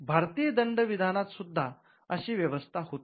भारतीय दंड विधानात सुद्धा अशी व्यवस्था होती